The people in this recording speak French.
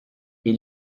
est